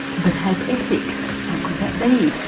but have ethics how could that be?